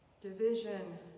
division